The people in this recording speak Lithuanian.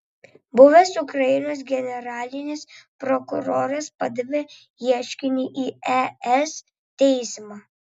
buvęs ukrainos generalinis prokuroras padavė ieškinį į es teismą